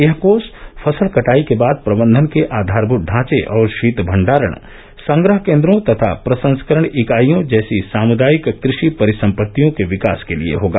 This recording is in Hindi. यह कोष फसल कटाई के बाद प्रबंधन के आधारभूत ढांचे और शीत भण्डारण संग्रह केन्द्रों तथा प्रसंस्करण इकाईयों जैसी सामुदायिक कृषि परिसम्पत्तियों के विकास के लिए होगा